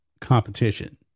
competition